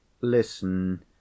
Listen